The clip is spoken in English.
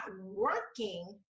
working